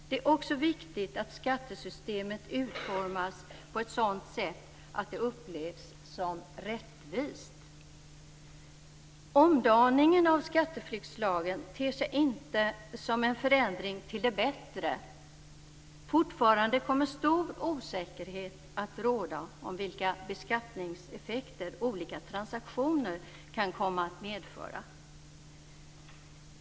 Det är också viktigt att skattesystemet utformas på ett sådant sätt att det upplevs som rättvist. Omdaningen av skatteflyktslagen ter sig inte som en förändring till det bättre. Fortfarande kommer stor osäkerhet att råda om vilka beskattningseffekter olika transaktioner kan komma att medföra.